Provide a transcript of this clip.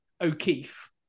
O'Keefe